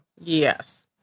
Yes